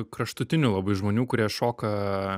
kraštutinių labai žmonių kurie šoka